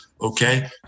Okay